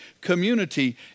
community